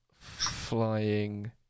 flying